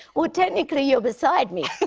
well, technically, you're beside me.